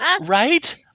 Right